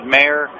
Mayor